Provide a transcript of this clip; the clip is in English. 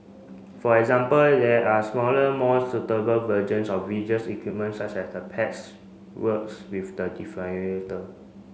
for example there are smaller more suitable versions of equipment such as the pads works with the